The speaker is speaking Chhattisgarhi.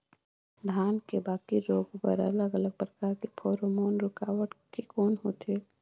धान के बाकी रोग बर अलग अलग प्रकार के फेरोमोन रूकावट के कौन होथे?